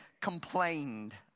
complained